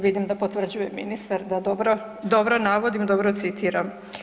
Vidim da potvrđuje ministar da dobro navodim, dobro citiram.